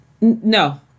No